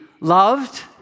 loved